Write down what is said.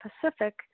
Pacific